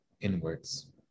inwards